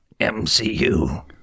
MCU